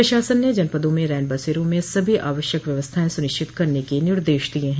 प्रशासन ने जनपदों में रैन बसेरों में सभी आवश्यक व्यवस्थाएं सुनिश्चित करने के निर्देश दिये हैं